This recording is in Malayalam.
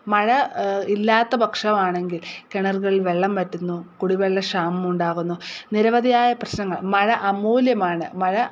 മഴ ഇല്ലാത്തപക്ഷം ആണെങ്കിൽ കിണറുകളിൽ വെള്ളം വറ്റുന്നു കുടിവെള്ള ക്ഷാമം ഉണ്ടാകുന്നു നിരവധിയായ പ്രശ്നങ്ങൾ മഴ അമൂല്യമാണ് മഴ